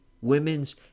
women's